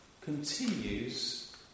continues